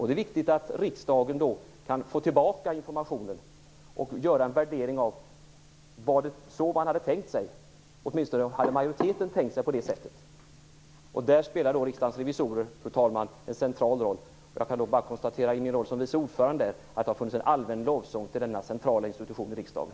Det är viktigt att riksdagen då kan få tillbaka informationen och göra en värdering av om det var så man hade tänkt sig eller åtminstone om majoriteten hade tänkt sig det på det sättet. Fru talman! Där spelar Riksdagens revisorer en central roll. I min roll som vice ordförande där kan jag bara konstatera att det har funnits en allmän lovsång till denna centrala institution i riksdagen.